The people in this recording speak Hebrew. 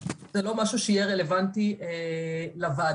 לא משהו שיהיה רלוונטי לוועדה,